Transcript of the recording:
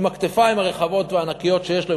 עם הכתפיים הרחבות והענקיות שיש לו,